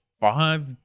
five